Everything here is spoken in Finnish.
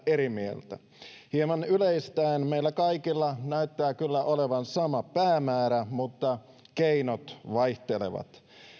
eri mieltä hieman yleistäen meillä kaikilla näyttää kyllä olevan sama päämäärä mutta keinot vaihtelevat